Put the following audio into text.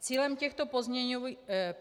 Cílem těchto